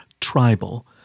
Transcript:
tribal